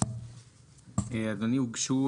אדוני הוגשו